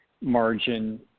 margin